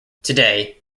today